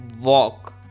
walk